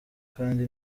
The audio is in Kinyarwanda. kandi